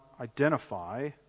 identify